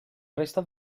resta